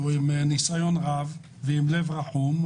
שהוא עם ניסיון רב ועם לב רחום,